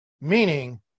Meaning